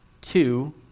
Two